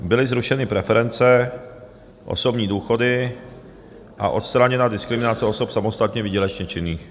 Byly zrušeny preference, osobní důchody a odstraněna diskriminace osob samostatně výdělečně činných.